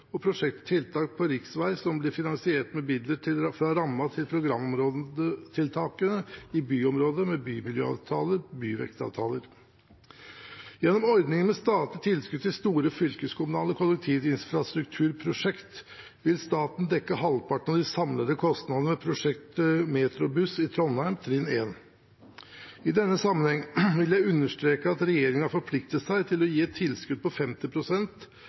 og prosjekt/tiltak på riksvei som blir finansiert med midler fra rammen til programområdetiltakene i byområder med bymiljøavtaler eller byvekstavtaler. Gjennom ordningen med statlige tilskudd til store fylkeskommunale kollektivinfrastrukturprosjekt vil staten dekke halvparten av de samlede kostnadene ved prosjektet MetroBuss i Trondheim trinn 1. I denne sammenheng vil jeg understreke at regjeringen forplikter seg til å gi et tilskudd på